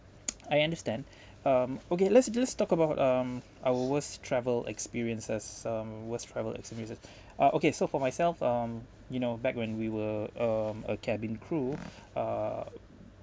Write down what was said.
so I understand um okay let's just talk about um our worst travel experiences um worst travel experiences uh okay so for myself um you know back when we were um a cabin crew uh